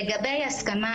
לגבי הסכמה,